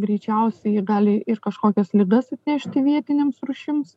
greičiausiai gali ir kažkokias ligas atnešti vietinėms rūšims